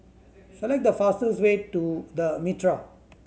select the fastest way to The Mitraa